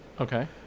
Okay